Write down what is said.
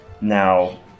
Now